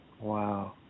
Wow